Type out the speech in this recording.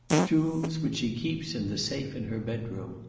jewels which she keeps in the safe in her bedroom,